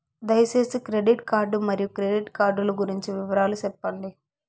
దయసేసి credit card మరియు credit card లు గురించి వివరాలు సెప్పండి?